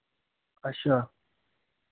अच्छा